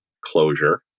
closure